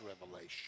revelation